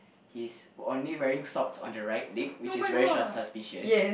he's only wearing socks on the right leg which is very shus~ suspicious